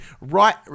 right